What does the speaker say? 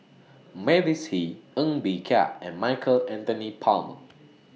Mavis Hee Ng Bee Kia and Michael Anthony Palmer